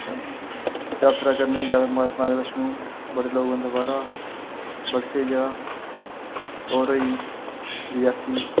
जात्तरा करने गी ज्यादा मा माता वैश्नो बड़े लोक औंदे बाह्रा बड़ी स्हेई जगह् होर होई गेई रेयासी